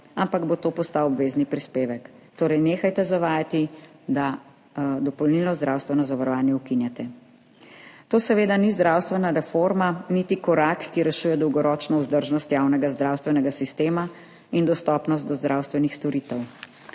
ampak bo to postal obvezni prispevek, torej nehajte zavajati, da ukinjate dopolnilno zdravstveno zavarovanje. To seveda ni zdravstvena reforma, niti korak, ki rešuje dolgoročno vzdržnost javnega zdravstvenega sistema in dostopnost do zdravstvenih storitev,